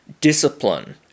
discipline